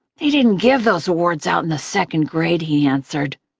they didn't give those awards out in the second grade, he answered.